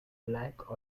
black